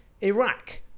Iraq